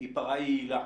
היא פרה יעילה,